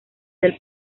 del